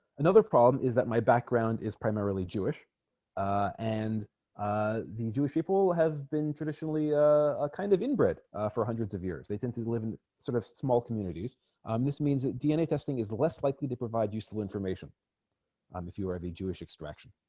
another problem is that my background is primarily jewish and ah the jewish people have been traditionally a kind of inbred for hundreds of years they tend to live in sort of small communities um this means that dna testing is less likely to provide useful information um if you are a jewish extraction